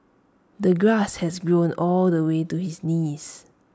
the grass has grown all the way to his knees